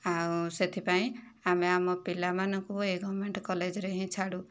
ଆଉ ସେଥିପାଇଁ ଆମେ ଆମ ପିଲାମାନଙ୍କୁ ଏଇ ଗଭର୍ଣ୍ଣମେଣ୍ଟ୍ କଲେଜ୍ରେ ହିଁ ଛାଡ଼ୁ